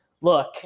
Look